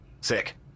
Sick